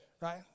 right